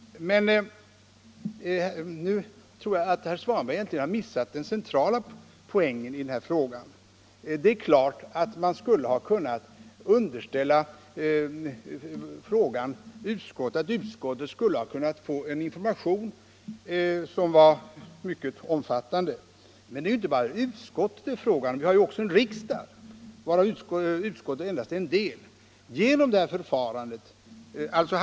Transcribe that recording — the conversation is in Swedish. Men nu tror jag att herr Svanberg har missat den centrala poängen i detta sammanhang. Det är klart att frågan kunde ha underställts utskottet och att utskottet kunnat få en information som var mycket omfattande. Men det är inte bara utskottet det gäller — utskottet är ju endast en del av riksdagen.